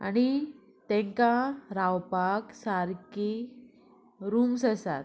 आनी तांकां रावपाक सारकी रुम्स आसात